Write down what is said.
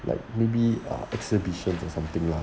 like maybe ah exhibitions or something lah